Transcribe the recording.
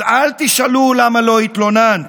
אז אל תשאלו "למה לא התלוננת"